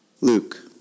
Luke